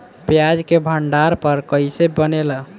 प्याज के भंडार घर कईसे बनेला?